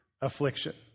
affliction